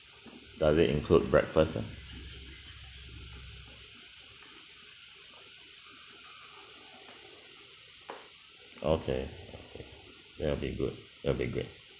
does it include breakfast ah okay that'll be good that'll be great